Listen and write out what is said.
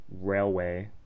railway